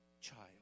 Child